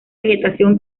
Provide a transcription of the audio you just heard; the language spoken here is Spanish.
vegetación